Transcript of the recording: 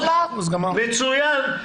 מצוין.